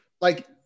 like-